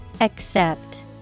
Accept